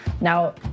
Now